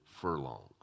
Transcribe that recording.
furlongs